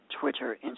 Twitter